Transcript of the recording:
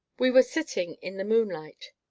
we were sitting in the moonlight.